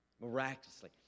miraculously